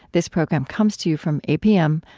this program comes to you from apm,